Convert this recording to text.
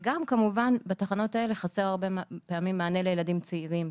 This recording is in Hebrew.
בתחנות האלה הרבה פעמים חסרים מענים לילדים צעירים,